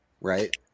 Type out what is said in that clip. Right